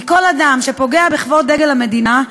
כי כל אדם שפוגע בכבוד דגל המדינה,